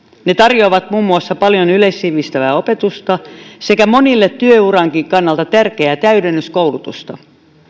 ne tarjoavat muun muassa paljon yleissivistävää opetusta sekä monille työurankin kannalta tärkeää täydennyskoulutusta